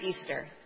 Easter